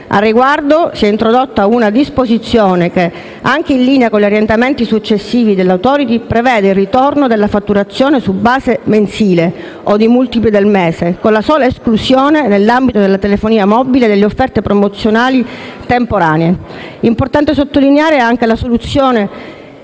Al riguardo, si è introdotta una disposizione che, anche in linea con gli orientamenti successivi dell'*authority*, prevede il ritorno della fatturazione su base mensile (o di multipli del mese) con la sola esclusione, nell'ambito della telefonia mobile, delle offerte promozionali temporanee. È importante, inoltre, una misura